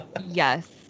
Yes